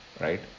right